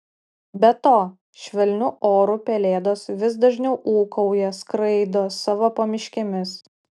be to švelniu oru pelėdos vis dažniau ūkauja skraido savo pamiškėmis